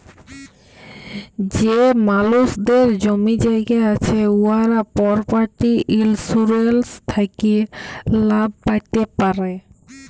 যে মালুসদের জমি জায়গা আছে উয়ারা পরপার্টি ইলসুরেলস থ্যাকে লাভ প্যাতে পারে